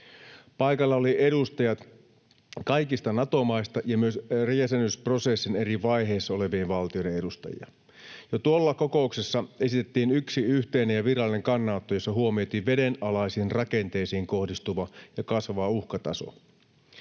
Paikalla oli edustajat kaikista Nato-maista ja myös jäsenyysprosessin eri vaiheissa olevien valtioiden edustajia. Jo tuolla kokouksessa esitettiin yksi yhteinen ja virallinen kannanotto, jossa huomioitiin vedenalaisiin rakenteisiin kohdistuva ja kasvava uhkataso.